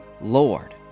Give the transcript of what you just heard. Lord